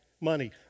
money